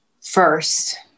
First